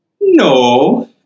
No